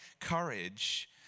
courage